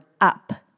up